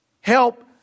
help